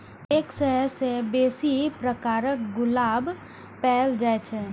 एक सय सं बेसी प्रकारक गुलाब पाएल जाए छै